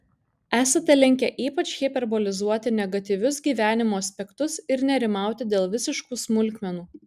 esate linkę ypač hiperbolizuoti negatyvius gyvenimo aspektus ir nerimauti dėl visiškų smulkmenų